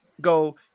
go